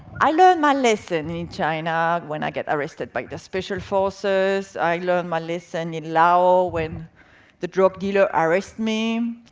i learned my lesson in china when i get arrested by special forces, i learned my lesson in laos when the drug dealer arrest me,